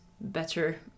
better